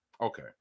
okay